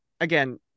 again